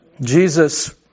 Jesus